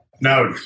No